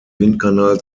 windkanal